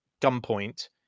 gunpoint